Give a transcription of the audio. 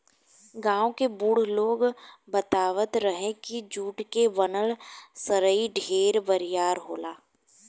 गांव के बुढ़ लोग बतावत रहे की जुट के बनल रसरी ढेर बरियार होला